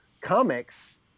comics